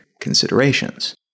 considerations